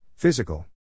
Physical